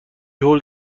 هول